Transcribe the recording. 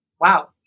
Wow